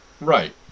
Right